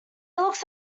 looks